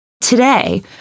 Today